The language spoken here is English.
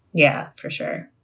yeah, for sure.